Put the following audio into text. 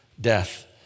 death